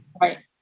right